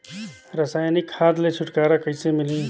रसायनिक खाद ले छुटकारा कइसे मिलही?